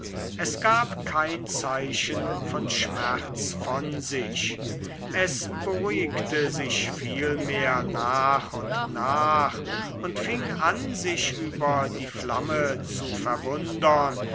es gab kein zeichen von schmerz von sich es beruhigte sich vielmehr nach und nach und fing an sich über die flamme zu verwundern